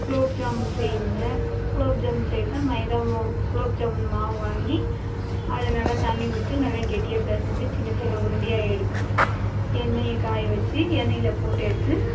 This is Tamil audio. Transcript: குளோப் ஜாமுன் செய்வேங்க குளோப் ஜாமுன் செய்ய மைதா மாவு குளோப் ஜாமுன் மாவு வாங்கி அது நல்லா தண்ணி ஊற்றி நல்லா கெட்டியாக பிசஞ்சி சின்ன சின்ன உருண்டையாக எடுத்து எண்ணெயை காய வச்சு எண்ணெயில் போட்டு எடுத்து